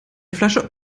flasche